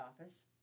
office